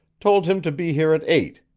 told him to be here at eight.